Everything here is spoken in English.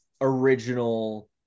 original